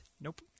Nope